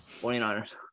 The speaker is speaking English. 49ers